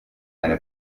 eine